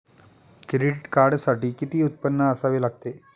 Credit कार्डसाठी किती उत्पन्न असावे लागते?